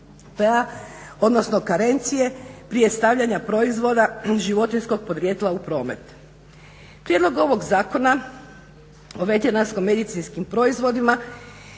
odnosno karencije prije stavljanja proizvoda životinjskog podrijetla u promet. Prijedlog ovog zakona o veterinarsko-medicinskim proizvodima